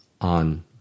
on